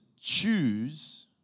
choose